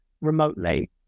remotely